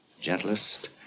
gentlest